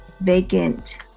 vacant